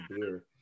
beer